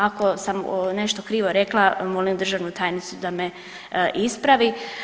Ako sam nešto krivo rekla molim državnu tajnicu da me ispravi.